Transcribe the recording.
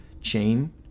chain